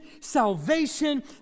salvation